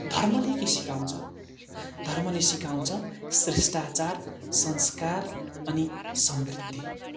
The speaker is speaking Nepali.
धर्मले के सिकाउँछ धर्मले सिकाउँछ शिष्टाचार संस्कार अनि समृद्धि